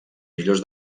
millors